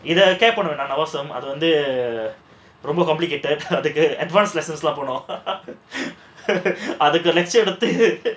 அது வந்து ரொம்ப:adhu vandhu romba complicated அதுக்கு:adhukku போனும்:ponum